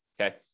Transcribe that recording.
Okay